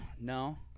no